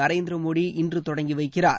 நரேந்திர மோடி இன்று தொடங்கி வைக்கிறார்